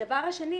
הדבר השני,